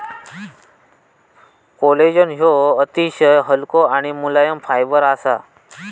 collagen ह्यो अतिशय हलको आणि मुलायम फायबर असा